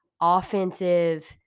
offensive